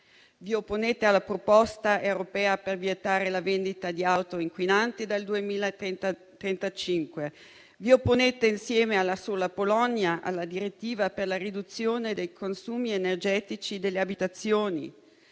vi opponete alla proposta europea per vietare la vendita di auto inquinanti dal 2035; vi opponete, insieme alla sola Polonia, alla direttiva per la riduzione dei consumi energetici delle abitazioni;